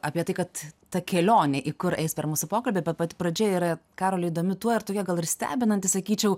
apie tai kad ta kelionė į kur eis per mūsų pokalbį bet pati pradžia yra karoli įdomi tuo ir tokia gal ir stebinanti sakyčiau